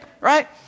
right